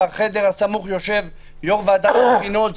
בחדר הסמוך יושב יושב-ראש ועדת הבחינות,